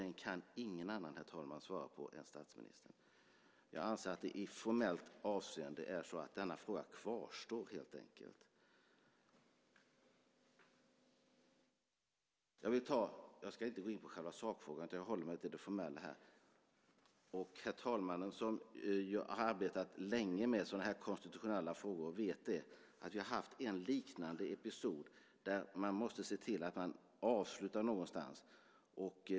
Den kan ingen annan, herr talman, svara på än statsministern. Jag anser att det i formellt avseende helt enkelt är så att denna fråga kvarstår. Jag ska inte gå in på själva sakfrågan, utan jag håller mig till det formella här. Herr talman, som har arbetat länge med konstitutionella frågor, vet att vi har haft en liknande episod där man måste se till att man avslutar någonstans.